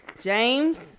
James